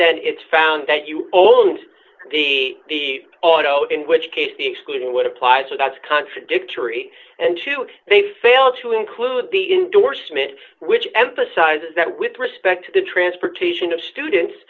extent it found that you all owned the the auto in which case the excluding would apply so that's contradictory and two they fail to include the indorsement which emphasizes that with respect to the transportation of students